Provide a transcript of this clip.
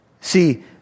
See